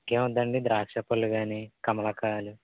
ఇంకా ఏమి వద్ద అండి ద్రాక్ష పళ్ళు కానీ కమలాకాయలు